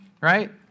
Right